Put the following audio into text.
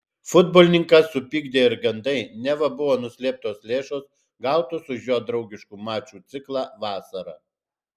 futbolininką supykdė ir gandai neva buvo nuslėptos lėšos gautos už jo draugiškų mačų ciklą vasarą